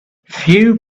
few